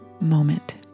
moment